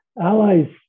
allies